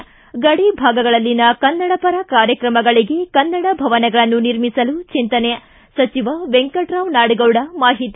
ಿ ಗಡಿ ಭಾಗಗಳಲ್ಲಿನ ಕನ್ನಡ ಪರ ಕಾರ್ಯಕ್ರಮಗಳಿಗೆ ಕನ್ನಡ ಭವನಗಳನ್ನು ನಿರ್ಮಿಸಲು ಚಿಂತನೆ ಸಚಿವ ವೆಂಕಟರಾವ್ ನಾಡಗೌಡ ಮಾಹಿತಿ